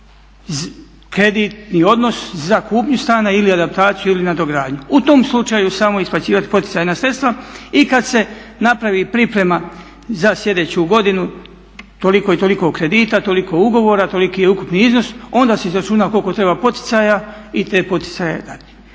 kreditni odnos za kupnju stana ili adaptaciju ili nadogradnju. U tom slučaju samo isplaćivati poticajna sredstava i kad se napravi priprema za slijedeću godinu, toliko i toliko kredita, toliko ugovora, toliki je ukupni iznos, onda se izračuna koliko treba poticaja i te poticaje dati.